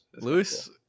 Lewis